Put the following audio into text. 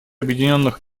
объединенных